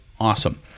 awesome